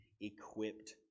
equipped